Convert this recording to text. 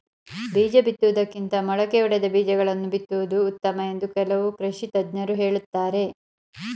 ಬೀಜ ಬಿತ್ತುವುದಕ್ಕಿಂತ ಮೊಳಕೆ ಒಡೆದ ಬೀಜಗಳನ್ನು ಬಿತ್ತುವುದು ಉತ್ತಮ ಎಂದು ಕೆಲವು ಕೃಷಿ ತಜ್ಞರು ಹೇಳುತ್ತಾರೆ